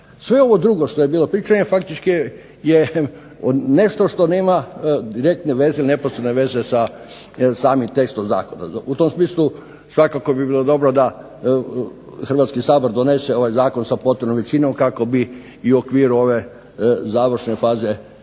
Sve ovo drugo što je bilo priče faktički je nešto što nema direktne veze, neposredne veze sa samim tekstom zakona. U tom smislu, svakako bi bilo dobro da Hrvatski sabor donese ovaj zakon sa potrebnom većinom kako bi i u okviru ove završne faze pregovora i